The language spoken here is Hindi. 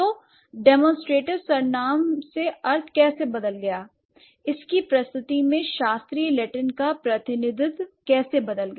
तो डेमोंस्ट्रेटिव्स सर्वनाम से अर्थ कैसे अर्थ बदल गया l इसकी प्रस्तुति में शास्त्री लैट्रिन का प्रतिनिधित्व कैसे बदल गया